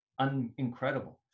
Unincredible